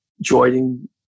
joining